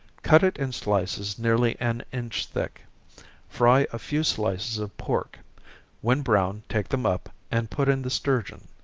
cut it in slices nearly an inch thick fry a few slices of pork when brown, take them up, and put in the sturgeon.